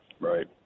right